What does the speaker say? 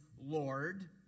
Lord